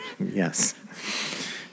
Yes